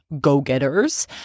go-getters